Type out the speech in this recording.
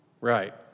right